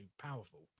powerful